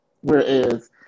whereas